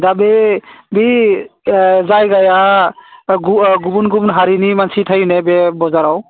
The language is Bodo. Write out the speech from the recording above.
दा बे जायगाया गुबुन गुबुन हारिनि मानसि थायो ने बे बाजाराव